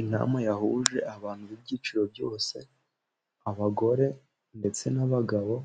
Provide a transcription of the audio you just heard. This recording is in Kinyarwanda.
Intama yahuje abantu b'ibyiciro byose, abagore ndetse n'abagabo